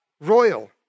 Royal